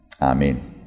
Amen